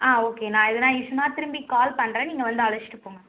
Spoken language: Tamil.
ஆ ஓகே நான் எதுனா இஷ்யூனால் திரும்பி கால் பண்ணுறேன் நீங்கள் வந்து அழைச்சிட்டு போங்க